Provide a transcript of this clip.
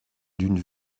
d’une